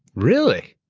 really?